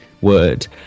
word